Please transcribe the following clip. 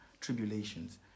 tribulations